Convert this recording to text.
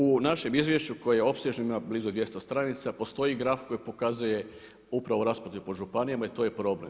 U našem izvješću koje je opsežno ima blizu 200 stranica, postoji graf koji pokazuje upravo raspodjelu po županijama i to je problem.